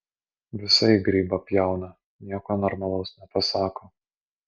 visai grybą pjauna nieko normalaus nepasako